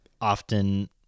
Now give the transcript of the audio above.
often